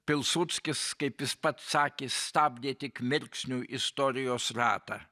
pilsudskis kaip jis pats sakė stabdė tik mirksnių istorijos ratą